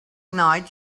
night